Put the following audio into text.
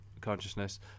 consciousness